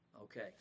okay